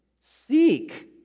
Seek